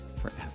forever